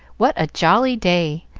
what a jolly day!